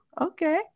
okay